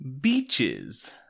Beaches